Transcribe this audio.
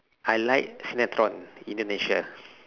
I like sinetron indonesia